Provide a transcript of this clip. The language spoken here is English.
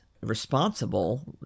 responsible